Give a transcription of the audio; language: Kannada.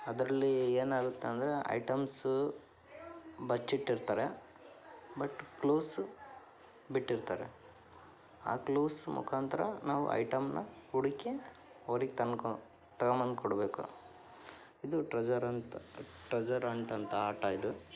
ಅದರಲ್ಲಿ ಏನಾಗುತ್ತಂದ್ರೆ ಐಟಮ್ಸ್ ಬಚ್ಚಿಟ್ಟಿರ್ತಾರೆ ಬಟ್ ಕ್ಲೂಸು ಬಿಟ್ಟಿರ್ತಾರೆ ಆ ಕ್ಲೂಸ್ ಮುಖಾಂತರ ನಾವು ಐಟಮನ್ನು ಹುಡುಕಿ ಅವರಿಗೆ ತಂದು ಕೊ ತೊಗೊಬಂದು ಕೊಡಬೇಕು ಇದು ಟ್ರೆಸರಂತ ಟ್ರೆಸರಂಟಂತ ಆಟ ಇದು